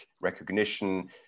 recognition